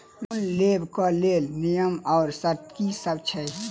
Loan लेबऽ कऽ लेल नियम आ शर्त की सब छई?